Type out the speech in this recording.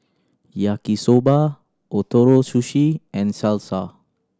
Yaki Soba Ootoro Sushi and Salsa